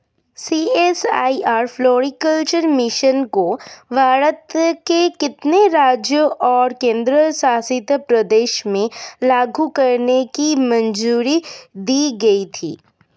CSIR floriculture mission को भारत के कितने राज्यों और केंद्र शासित प्रदेशों में लागू करने की मंजूरी दी गई थी?